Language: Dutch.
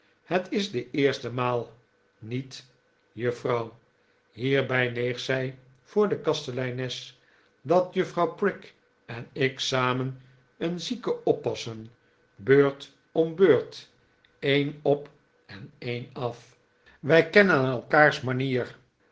het is de eerste maal niet juffrouw hierbij neeg zij voor de kasteleines dat juffrouw prig en ik samen een zieke oppassen beurt om beurt een op en een af wij kennen elkaars manier